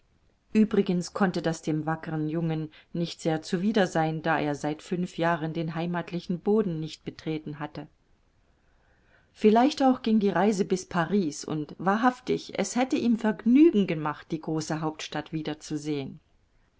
uebrigens konnte das dem wackern jungen nicht sehr zuwider sein da er seit fünf jahren den heimatlichen boden nicht betreten hatte vielleicht auch ging die reise bis paris und wahrhaftig es hätte ihm vergnügen gemacht die große hauptstadt wieder